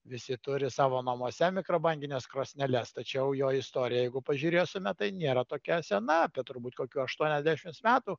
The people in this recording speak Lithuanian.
visi turi savo namuose mikrobangines krosneles tačiau jo istorija jeigu pažiūrėsime tai nėra tokia sena apie turbūt kokių aštuoniasdešims metų